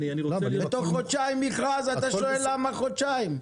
בתוך חודשיים מכרז, ואתה שואל למה חודשיים?